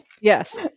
Yes